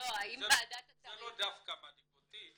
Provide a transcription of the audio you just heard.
לא, אם ועדת השרים --- זה לא דווקא מדאיג אותי